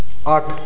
আট